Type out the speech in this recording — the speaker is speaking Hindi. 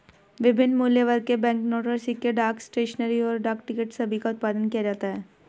विभिन्न मूल्यवर्ग के बैंकनोट और सिक्के, डाक स्टेशनरी, और डाक टिकट सभी का उत्पादन किया जाता है